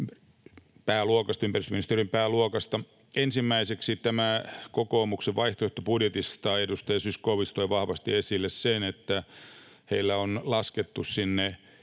ympäristöministeriön pääluokasta. Ensimmäiseksi, tästä kokoomuksen vaihtoehtobudjetista edustaja Zyskowicz toi vahvasti esille sen, että heillä on laskettu sinne